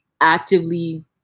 actively